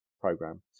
program